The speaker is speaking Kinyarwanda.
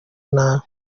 nabi